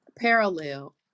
parallel